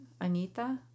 Anita